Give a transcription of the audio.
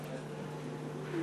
קוראים לו?